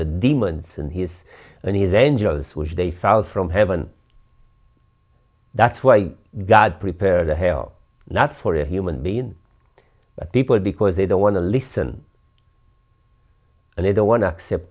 the demons and his and his angels which they fell from heaven that's why god prepared a hell not for a human being but people because they don't want to listen and they don't want to accept